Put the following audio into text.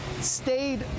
stayed